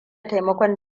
taimakon